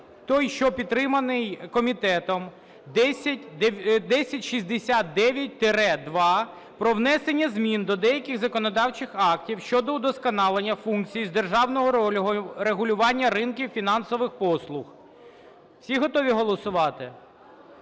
той, що підтриманий комітетом, 1069-2, про внесення змін до деяких законодавчих актів щодо удосконалення функцій із державного регулювання ринків фінансових послуг. Всі готові голосувати?